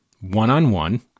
one-on-one